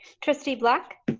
trustee black.